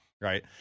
Right